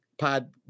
Pod